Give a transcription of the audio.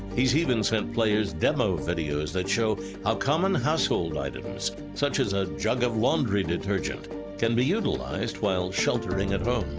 he's even sent players demo videos that show how common household items such as a jug of laundry detergent can be utilized while sheltering at home.